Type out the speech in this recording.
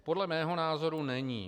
Podle mého názoru není.